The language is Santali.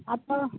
ᱟᱫᱚ